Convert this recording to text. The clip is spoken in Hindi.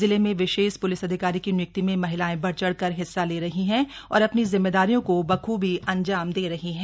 जिले में विशेष प्लिस अधिकारी की निय्क्ति में महिलाएं बढ़ चढ़कर हिस्सा ले रही हैं और अपनी जिम्मेदारियों को बखुबी अंजाम दे रही हैं